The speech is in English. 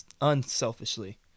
unselfishly